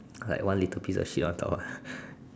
like one little piece of shit on top ah